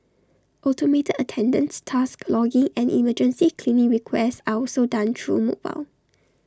automated attendance task logging and emergency cleaning requests are also done through mobile